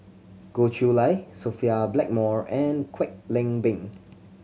Goh Chiew Lye Sophia Blackmore and Kwek Leng Beng